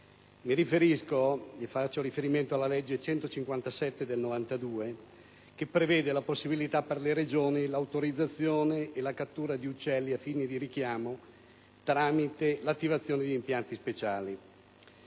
luglio 2008. Faccio riferimento alla legge n. 157 del 1992, che prevede la possibilità per le Regioni di autorizzare la cattura di uccelli ai fini di richiamo tramite l'attivazione di impianti speciali.